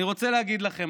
אני רוצה להגיד לכם,